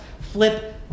flip